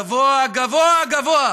גבוה, גבוה, גבוה.